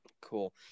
cool